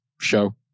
show